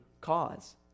cause